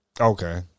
Okay